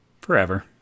forever